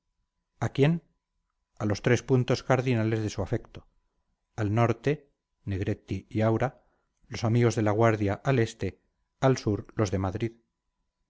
a quién a los tres puntos cardinales de su afecto al norte negretti y aura los amigos de la guardia al este al sur los de madrid